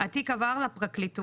התיק עבר לפרקליטות,